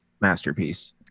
masterpiece